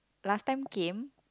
last time came